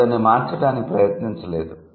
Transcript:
వారు దానిని మార్చడానికి ప్రయత్నించలేదు